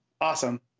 awesome